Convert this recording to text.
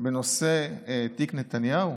בנושא תיק נתניהו